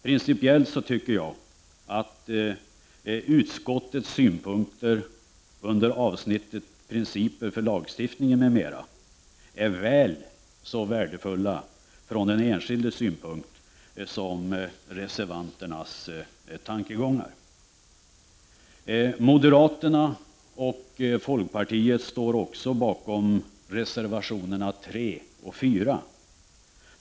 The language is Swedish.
Principiellt tycker jag att utskottets synpunkter under avsnittet Principer för lagstiftningen m.m. är väl så värdefulla från den enskildes synpunkt som reservanternas tankegångar är. Moderaterna och folkpartiet står också bakom reservationerna 3 och 4.